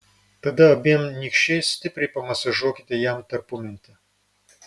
tada abiem nykščiais stipriai pamasažuokite jam tarpumentę